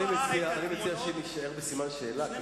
לא ראה את התמונות" אני מציע שנישאר בסימן שאלה.